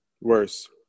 worse